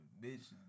bitch